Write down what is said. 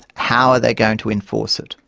how are they going to enforce it?